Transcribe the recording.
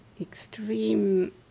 extreme